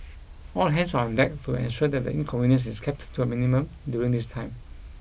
all hands are on deck to ensure that the inconvenience is kept to a minimum during this time